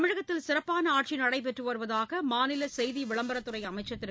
தமிழகத்தில் சிறப்பான ஆட்சி நடைபெற்று வருவதாக மாநில செய்தி விளம்பரத்துறை அமைச்சர் திரு